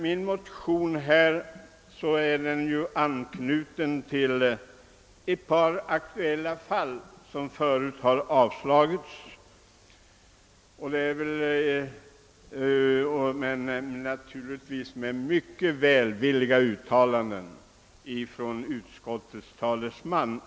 Min motion är anknuten till ett par aktuella fall, där framställningar om er sättning tidigare har avslagits, naturligtvis med välvilliga uttalanden av utskottets talesman.